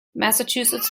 massachusetts